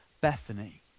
Bethany